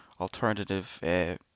alternative